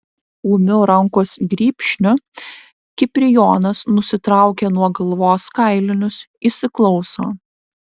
ūmiu rankos grybšniu kiprijonas nusitraukia nuo galvos kailinius įsiklauso